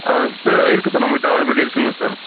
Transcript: ஆ sir இருக்கு sir நம்பக்கிட்ட availability இருக்குங்க சார்